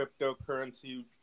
cryptocurrency